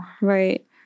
Right